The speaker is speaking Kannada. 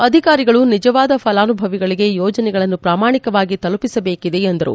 ಅಧಿಕಾರಿಗಳು ನಿಜವಾದ ಫಲಾನುಭವಿಗಳಿಗೆ ಯೋಜನೆಗಳನ್ನು ಪ್ರಾಮಾಣಿಕವಾಗಿ ತಲುಪಿಸಬೇಕಿದೆ ಎಂದರು